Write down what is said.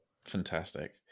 Fantastic